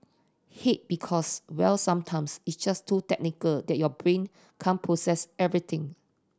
hate because well sometimes it's just to technical that your brain can't process everything